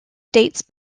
dates